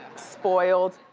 spoiled,